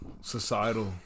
societal